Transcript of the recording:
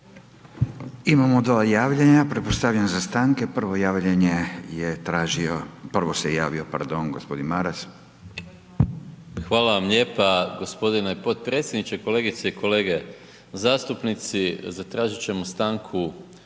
Imamo dva javljanja, pretpostavljam za stanke. Prvo javljanje je tražio, prvo se javio, pardon, g. Maras. **Maras, Gordan (SDP)** Hvala vam lijepa g. potpredsjedniče. Kolegice i kolege zastupnici. Zatražit ćemo stanku